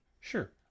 Sure